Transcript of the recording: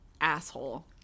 asshole